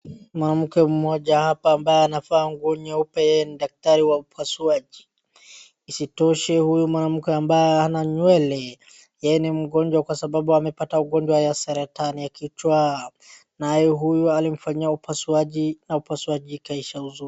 Mwanamke mmoja hapa ambaye anavaa nguo nyeupe ni daktari wa upasuaji, isitoshe huyu mwanamke ambaye hana nywele, ye ni mgonjwa kwasabau amepata ugonjwa ya saratani ya kichwa, naye huyu alimfanyia upasuaji na upasuaji ikaisha vizuri.